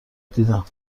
دیدم